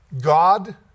God